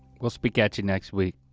we'll speak at your next week.